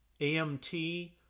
AMT